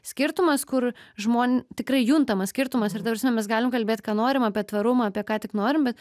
skirtumas kur žmon tikrai juntamas skirtumas ir ta prasme mes galim kalbėt ką norim apie tvarumą apie ką tik norim bet